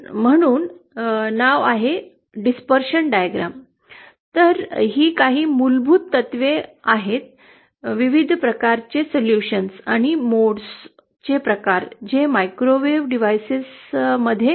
म्हणून नाव विसर्जन आकृती तर ही काही मूलभूत तत्त्वे आहेत विविध प्रकारचे सोल्यूशन्स आणि मोड्स चे प्रकार जे मायक्रोवेव्ह डिव्हाइसेसमध्ये आहेत